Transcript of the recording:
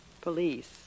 police